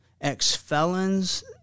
ex-felons